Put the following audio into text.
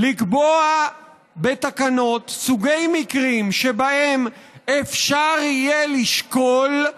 לקבוע בתקנות סוגי מקרים שבהם אפשר יהיה לשקול,